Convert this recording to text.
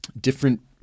different